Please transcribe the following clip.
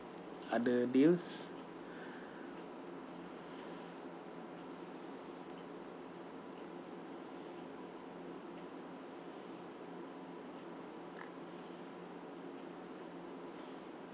other deals